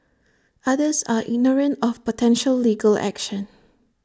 others are ignorant of potential legal action